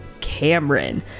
Cameron